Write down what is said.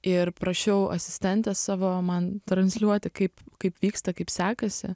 ir prašiau asistentę savo man transliuoti kaip kaip vyksta kaip sekasi